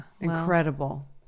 incredible